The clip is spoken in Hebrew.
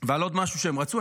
ועל עוד משהו שהם רצו.